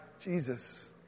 Jesus